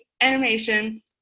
animation